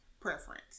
preference